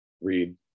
read